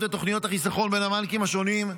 ותוכניות החיסכון בין הבנקים השונים.